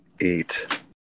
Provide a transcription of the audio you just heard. eight